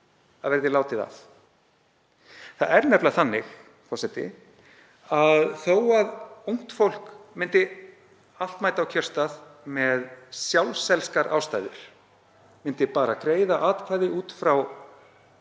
að verði látið af. Það er nefnilega þannig, forseti, að þó að ungt fólk myndi allt mæta á kjörstað með sjálfselskar ástæður, myndi bara greiða atkvæði út frá